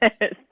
Yes